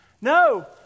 No